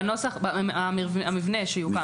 המבנה שיוקם.